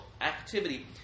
activity